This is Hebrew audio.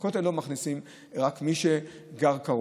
לכותל, ולכותל לא מכניסים, רק את מי שגר קרוב.